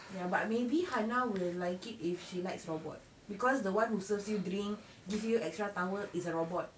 ya but maybe hannah will like it if she likes robot because the one who serves you drink give you extra towel is a robot